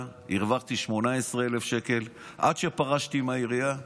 והרווחתי 18,000 שקל עד שפרשתי מהעירייה.